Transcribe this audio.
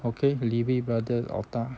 okay lee wee and brothers otah